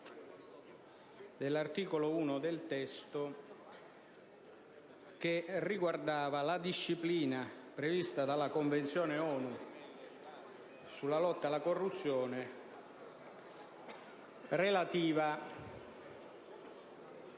dell'articolo 1 del testo (che riguardava la disciplina prevista dalla Convenzione ONU sulla lotta alla corruzione relativa